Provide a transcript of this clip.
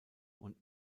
und